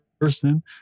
person